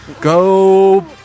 Go